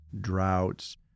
droughts